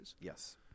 Yes